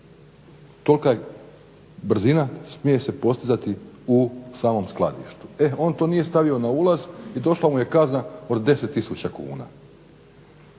Tolika brzina smije se postizati u samom skladištu. E on to nije stavio na ulaz i došla mu je kazna od 10 tisuća kuna.